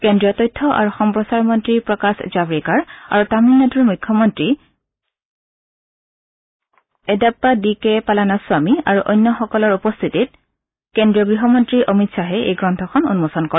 কেন্দ্ৰীয় তথ্য আৰু সম্প্ৰচাৰ মন্ত্ৰী প্ৰকাশ জাভ্ৰেকাৰ আৰু তামিলনাডুৰ মুখ্যমন্ত্ৰী এডাপ্পা ডি কে পালানিস্বামী আৰু অন্যান্যসকলৰ উপস্থিতিত কেন্দ্ৰীয় গৃহমন্ত্ৰী অমিত শ্বাহে এই গ্ৰন্থখন উন্মোচন কৰে